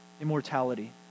immortality